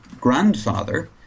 grandfather